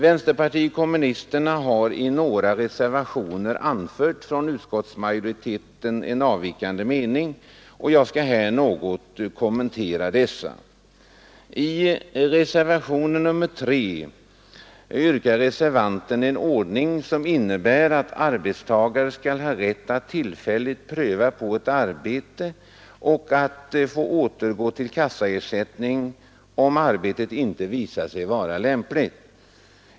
Vänsterpartiet kommunisterna har i några reservationer anfört en från utskottsmajoriteten avvikande mening. Jag skall här något kommentera dessa reservationer. I reservationen 3 yrkar reservanten en ordning som innebär att arbetstagare skall ha rätt att tillfälligt pröva ett arbete och att få återgå till kassaersättning utan karens, om arbetet inte visar sig vara lämpligt.